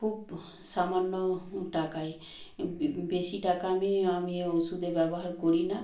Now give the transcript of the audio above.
খুব সামান্য টাকায় বেশি টাকা আমি আমি ওষুধে ব্যবহার করি না